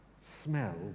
smell